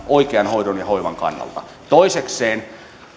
oikean hoidon ja hoivan kannalta toisekseen